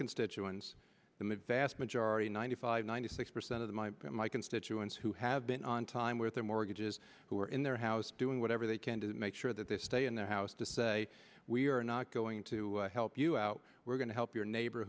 constituents the vast majority ninety five ninety six percent of the my my constituents who have been on time with their mortgages who are in their house doing whatever they can to make sure that they stay in their house to say we are not going to help you out we're going to help your neighbor